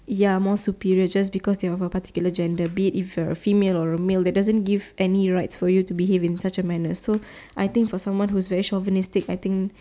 ya more superior just because your of a particular gender be it if your a female or a male that doesn't give you any right to behave in such a manner so I thin for someone who is very chauvinistic I think